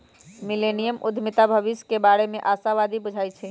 millennium उद्यमीता भविष्य के बारे में आशावादी बुझाई छै